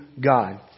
God